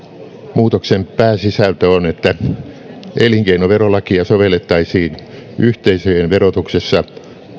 muutoksen pääsisältö on että elinkeinoverolakia sovellettaisiin yhteisöjen verotuksessa